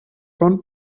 von